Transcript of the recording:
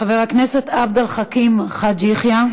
חבר הכנסת עבד אל חכים חאג' יחיא,